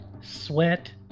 sweat